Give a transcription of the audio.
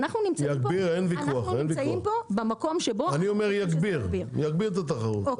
אנחנו נמצאים פה במקום --- אני אומר יגביר את התחרות אין ויכוח,